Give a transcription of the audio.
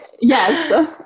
Yes